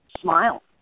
smile